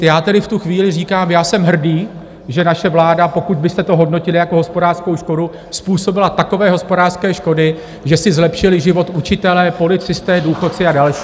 Já tedy v tu chvíli říkám, jsem hrdý, že naše vláda, pokud byste to hodnotili jako hospodářskou škodu, způsobila takové hospodářské škody, že si zlepšili život učitelé, policisté, důchodci a další!